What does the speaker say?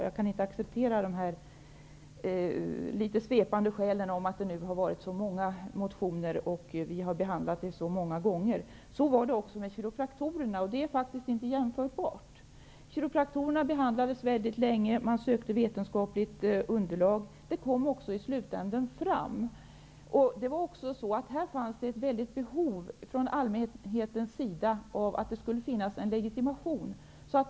Jag kan inte acceptera de litet svepande skäl som angetts -- t.ex. att det har förekommit många motioner och att frågan behandlats många gånger. Så var det också när det gällde kiropraktorerna. Men det är faktiskt inte jämförbara grupper. Frågan om kiropraktorernas förhållanden behandlades väldigt länge. Man sökte vetenskapligt underlag, och ett sådant kom i slutänden. Men det fanns också ett väldigt stort behov av legitimation från allmänhetens sida.